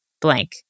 blank